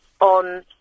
on